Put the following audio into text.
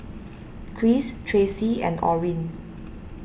Kris Tracee and Orin